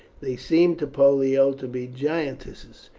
they seemed to pollio to be giantesses,